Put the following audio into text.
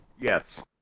Yes